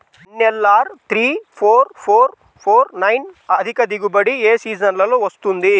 NLR three four four four nine అధిక దిగుబడి ఏ సీజన్లలో వస్తుంది?